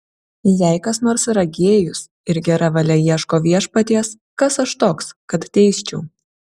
jei kas nors yra gėjus ir gera valia ieško viešpaties kas aš toks kad teisčiau